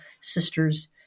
sisters